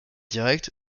direct